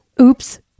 oops